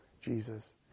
Jesus